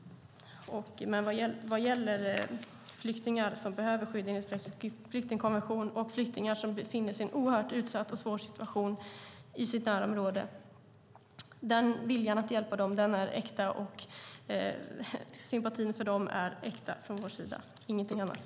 Viljan att hjälpa flyktingar som behöver skydd enligt flyktingkonventionen och flyktingar som befinner sig i en oerhörd utsatt och svår situation i sitt närområde är äkta, och sympatin för dem är äkta från vår sida - ingenting annat.